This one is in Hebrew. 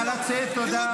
חבר הכנסת טופורובסקי,